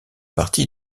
parti